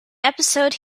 episode